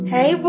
Hey